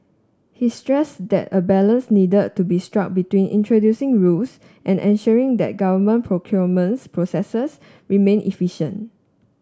he stressed that a balance needed to be struck between introducing rules and ensuring that government procurement processes remain efficient